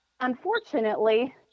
Unfortunately